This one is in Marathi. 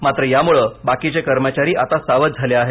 मात्र यामुळे बाकीचे कर्मचारी आता सावध झाले आहेत